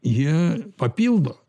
jie papildo